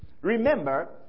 Remember